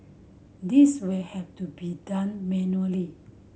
this will have to be done manually